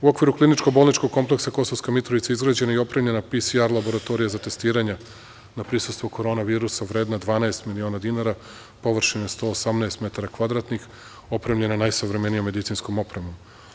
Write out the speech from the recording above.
U okviru kliničko-bolničkog kompleksa Kosovska Mitrovica izgrađena je i opremljena PCR laboratorija za testiranja na prisustvo korona virusa vredna 12 miliona dinara, površine 118 metara kvadratnih, opremljena najsavremenijom medicinskom opremom.